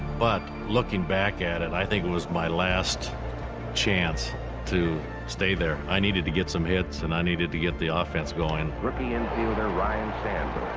but looking back at it, and i think it was my last chance to stay there. i needed to get some hits, and i needed to get the ah offense going. rookie infielder, ryne